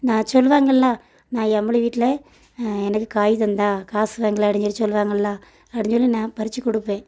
நான் சொல்வாங்கள்ல நான் எமலி வீட்டில் எனக்கு காய் தந்தாள் காசு வாங்கலை அப்படின்னு சொல்லி சொல்வாங்கள்ல அப்படின்னு சொல்லி நான் பறித்து கொடுப்பேன்